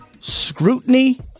scrutiny